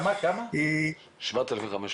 אחרי